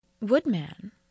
woodman